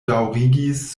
daŭrigis